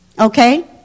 Okay